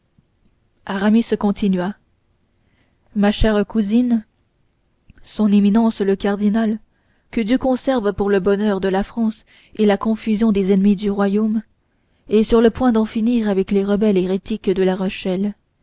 aramis continua ma chère cousine son éminence le cardinal que dieu conserve pour le bonheur de la france et la confusion des ennemis du royaume est sur le point d'en finir avec les rebelles hérétiques de la rochelle